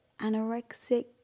anorexic